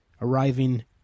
arriving